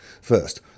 First